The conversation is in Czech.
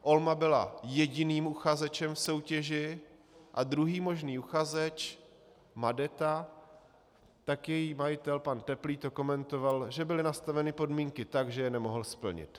Olma byla jediným uchazečem v soutěži a druhý možný uchazeč, Madeta, tak její majitel pan Teplý to komentoval, že byly nastaveny podmínky tak, že je nemohl splnit.